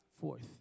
Fourth